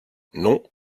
non